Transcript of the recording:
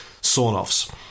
sawn-offs